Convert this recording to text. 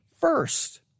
first